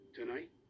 Tonight